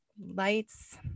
lights